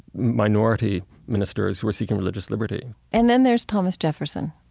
minority ministers who were seeking religious liberty and then there's thomas jefferson,